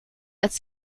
als